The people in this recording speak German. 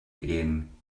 ehen